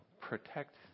Protect